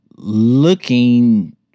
looking